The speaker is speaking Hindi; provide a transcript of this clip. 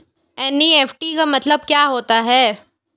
एन.ई.एफ.टी का मतलब क्या होता है?